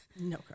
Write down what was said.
no